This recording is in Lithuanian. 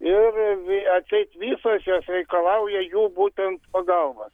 ir atseit visos jos reikalauja jų būtent pagalbos